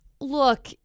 Look